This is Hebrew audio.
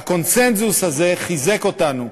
הקונסנזוס הזה חיזק אותנו,